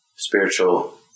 Spiritual